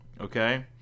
okay